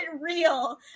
real